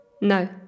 No